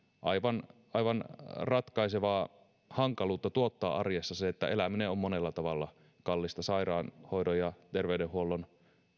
aivan aivan ratkaisevaa hankaluutta tuottaa arjessa se että eläminen on monella tavalla kallista sairaanhoidon ja terveydenhuollon